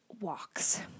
walks